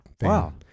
Wow